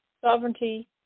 Sovereignty